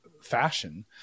fashion